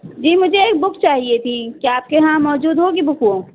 جی مجھے ایک بک چاہیے تھی کیا آپ کے یہاں موجود ہوگی بک وہ